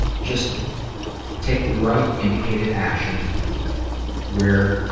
just take the right indicated action where,